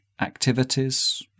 activities